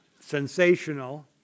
sensational